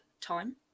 time